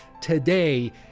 today